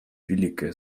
великая